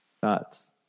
thoughts